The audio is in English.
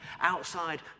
outside